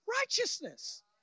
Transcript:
righteousness